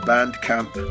Bandcamp